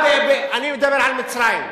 אני מדבר על מצרים.